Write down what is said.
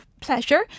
pleasure